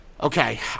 Okay